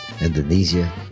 Indonesia